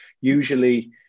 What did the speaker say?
usually